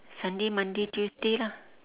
sunday monday tuesday lah